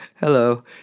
Hello